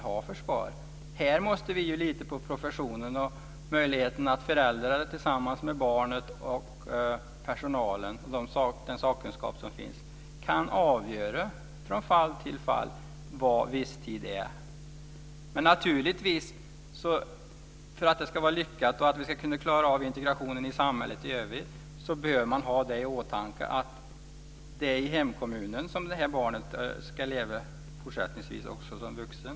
Här måste vi ju lita på professionen och möjligheten att föräldrarna tillsammans med barnet och personalen, den sakkunskap som finns, kan avgöra från fall till fall vad viss tid är. Men för att det ska vara lyckat och för att vi ska klara av integrationen i samhället i övrigt bör man ha i åtanke att det är i hemkommunen som det här barnet ska leva även fortsättningsvis som vuxen.